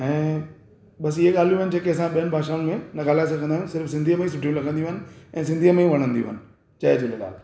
ऐं बसि ये ॻाल्हियूं आहिनि जेके असां ॿियनि भाषाउनि में न ॻाल्हए सघंदा आहियूं सिर्फ़ सिंधी में ई सुठियूं लॻंदियूं आहिनि ऐं सिंधीअ में ई वणंदियूं आहिनि जय झूलेलाल